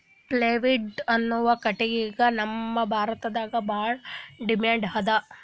plywood ಅನ್ನದ್ ಕಟ್ಟಗಿಗ್ ನಮ್ ಭಾರತದಾಗ್ ಭಾಳ್ ಡಿಮ್ಯಾಂಡ್ ಅದಾ